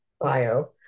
bio